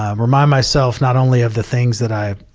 um remind myself not only of the things that i,